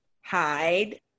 hide